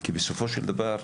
כי בסופו של דבר,